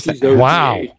Wow